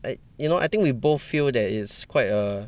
I you know I think we both feel that it is quite a